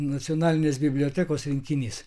nacionalinės bibliotekos rinkinys